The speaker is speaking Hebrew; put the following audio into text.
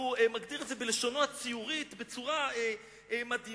הוא מגדיר את זה בלשונו הציורית בצורה מדהימה.